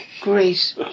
Great